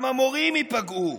גם המורים ייפגעו,